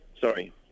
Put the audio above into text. Sorry